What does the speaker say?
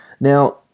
Now